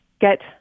get